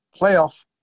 playoff